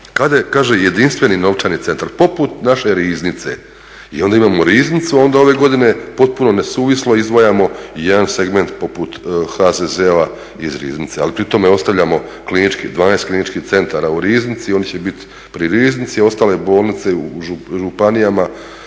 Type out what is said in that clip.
Kaže Jedinstveni novčani centar, poput naše riznice i onda imamo riznicu, onda ove godine potpuno nesuvislo izdvajamo jedan segment poput HZZO-a iz riznice, ali pri tome ostavljamo 12 kliničkih centara u riznici, oni će bit pri riznici, ostale bolnice u županijama